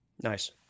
Nice